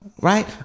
Right